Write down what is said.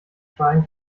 trying